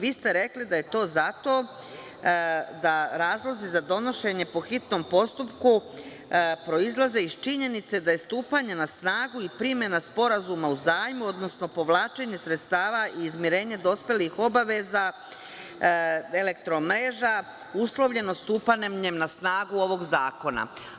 Vi ste rekli da razlozi za donošenje po hitnom postupku proizlaze iz činjenice da je stupanje na snagu i primena sporazuma o zajmu, odnosno povlačenje sredstava i izmirenje dospelih obaveza elektromreža uslovljeno stupanjem na snagu ovog zakona.